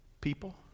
People